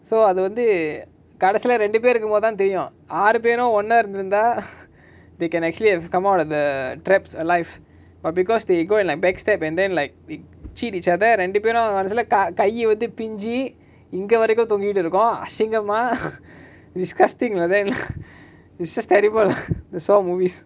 so அதுவந்து கடைசில ரெண்டுபேர் இருக்கும்போதுதா தெரியு ஆறு பேரு ஒன்னா இருந்திருந்தா:athuvanthu kadaisila renduper irukumpothutha theriyu aaru peru onnaa irunthiruntha they can actually have come out of the traps alive but because they go in like backstep and then like we cheat each other ரெண்டுபேரு கடைசில:renduperu kadaisila ka~ கையு வந்து பிஞ்சி இங்க வரைக்கு தொங்கிட்டு இருக்கு அசிங்கமா:kaiyu vanthu pinji inga varaiku thongkitu iruku asingama disgusting lah then it's just terrible the sort of movies